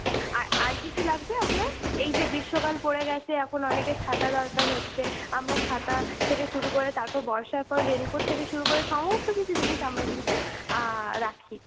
হ্যাঁ আর আর কিছু লাগবে আপনার এই যে গ্রীষ্মকাল পড়ে গিয়েছে এখন অনেকের ছাতা দরকার হচ্ছে আমরা ছাতা থেকে শুরু করে তারপর বর্ষার পর রেইনকোট থেকে শুরু করে সমস্ত কিছু জিনিস আমরা কিন্তু রাখি